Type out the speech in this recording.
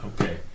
Okay